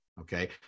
Okay